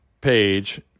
page